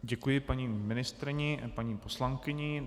Děkuji paní ministryni a paní poslankyni.